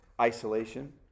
isolation